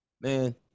Man